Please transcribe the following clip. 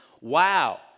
wow